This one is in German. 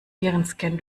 virenscan